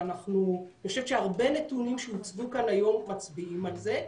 ואני חושבת שהרבה נתונים שהוצגו כאן היום מצביעים על זה,